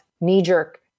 knee-jerk